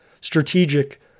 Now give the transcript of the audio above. strategic